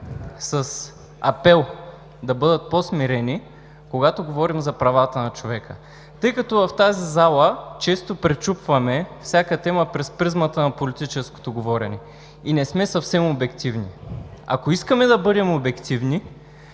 с апел да бъдат по-смирени, когато говорим за правата на човека, тъй като в тази зала често пречупваме всяка тема през призмата на политическото говорене и не сме съвсем обективни. Ако искаме да бъдем обективни,